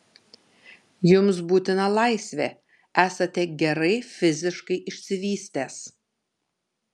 jums būtina laisvė esate gerai fiziškai išsivystęs